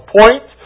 point